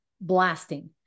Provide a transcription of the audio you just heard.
blasting